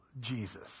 Jesus